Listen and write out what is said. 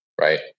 right